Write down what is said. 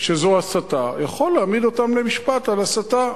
שזו הסתה, יכול להעמיד אותם למשפט על הסתה.